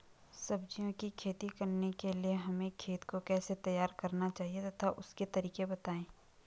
सब्जियों की खेती करने के लिए हमें खेत को कैसे तैयार करना चाहिए तथा उसके तरीके बताएं?